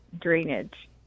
drainage